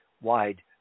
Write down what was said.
wide